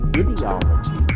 ideology